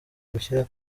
gushyira